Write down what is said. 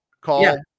call